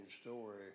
story